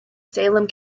salem